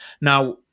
Now